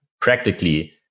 practically